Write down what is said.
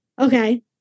okay